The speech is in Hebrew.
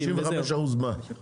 55% מה?